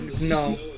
No